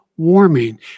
warming